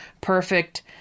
perfect